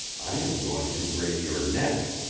i am going to break your neck.